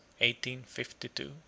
1852